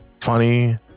funny